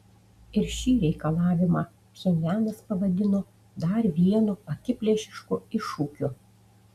ir šį reikalavimą pchenjanas pavadino dar vienu akiplėšišku iššūkiu